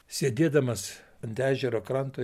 sėdėdamas ant ežero kranto